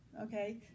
okay